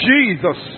Jesus